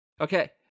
Okay